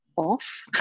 Off